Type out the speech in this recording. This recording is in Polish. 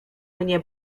mnie